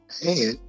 Hey